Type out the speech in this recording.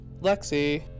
Lexi